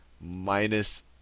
minus